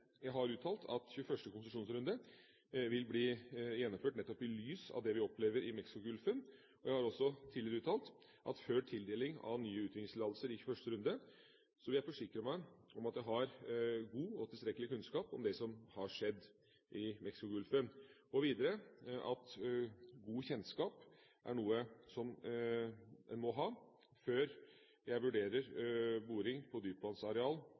jeg har uttalt at 21. konsesjonsrunde vil bli gjennomført nettopp i lys av det vi opplever i Mexicogolfen. Jeg har også tidligere uttalt at før tildeling av nye utvinningstillatelser i 21. runde vil jeg forsikre meg om at jeg har god og tilstrekkelig kunnskap om det som har skjedd i Mexicogolfen, og videre at god kjennskap er noe en må ha før jeg vurderer boring på